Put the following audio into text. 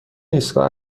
ایستگاه